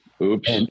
Oops